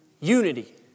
Unity